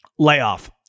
Layoff